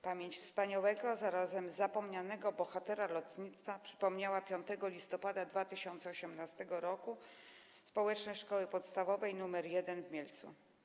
Postać wspaniałego, a zarazem zapomnianego bohatera lotnictwa przypomniała 5 listopada 2018 r. społeczność Szkoły Podstawowej nr 1 w Mielcu.